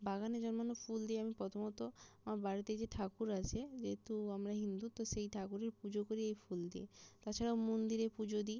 বাগানে জন্মানো ফুল দিয়ে আমি প্রথমত আমার বাড়িতে যে ঠাকুর আছে যেহেতু আমরা হিন্দু তো সেই ঠাকুরের পুজো করি এই ফুল দিয়ে তাছাড়াও মন্দিরে পুজো দিই